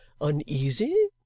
uneasy